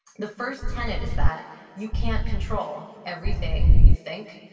the first tenant is that you can't control everything you think,